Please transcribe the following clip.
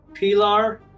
Pilar